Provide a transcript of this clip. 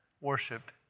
worship